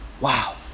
Wow